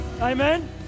Amen